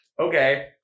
Okay